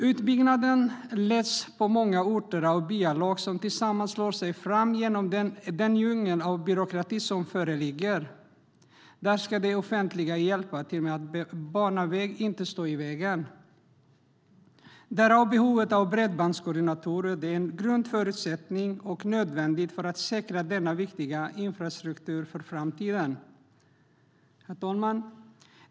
Utbyggnaden leds på många orter av byalag som tillsammans slår sig fram genom den djungel av byråkrati som föreligger. Där ska det offentliga hjälpa till med att bana väg, inte stå i vägen. Därför finns behov av bredbandskoordinatorer. Det är en grundförutsättning och en nödvändighet för att säkra denna viktiga infrastruktur för framtiden. Herr talman!